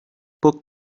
book